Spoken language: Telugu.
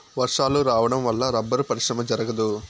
వర్షాలు రావడం వల్ల రబ్బరు పరిశ్రమ జరగదు